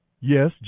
Yes